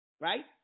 right